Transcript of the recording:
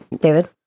David